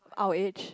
our age